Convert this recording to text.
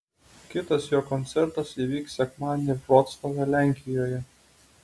kitas jo koncertas įvyks sekmadienį vroclave lenkijoje